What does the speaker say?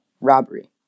robbery